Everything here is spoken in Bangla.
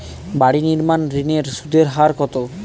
বাড়ি নির্মাণ ঋণের সুদের হার কত?